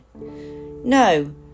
No